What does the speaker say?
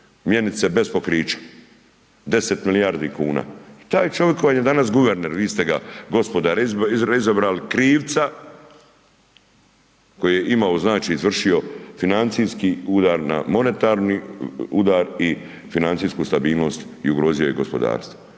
mjenice bez pokrića, 10 milijardi kuna i taj čovjek vam je danas guverner, vi ste ga gospoda izabrali, krivca koji je imao, znači, izvršio financijski udar na monetarni udar i financijsku stabilnost i ugrozio je gospodarstvo.